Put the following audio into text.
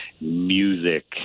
music